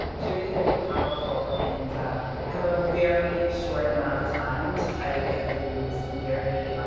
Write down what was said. it's really, really powerful. and i have a very short amount of time to try to get through some very